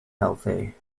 healthy